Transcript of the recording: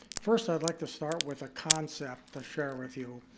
first i'd like to start with a concept to share with you.